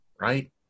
right